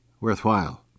worthwhile